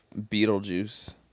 Beetlejuice